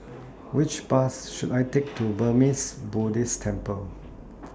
Which Bus should I Take to Burmese Buddhist Temple